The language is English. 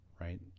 right